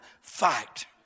fight